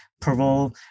parole